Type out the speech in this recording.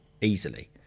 easily